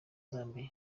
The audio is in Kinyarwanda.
zambia